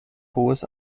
hohes